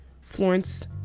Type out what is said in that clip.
Florence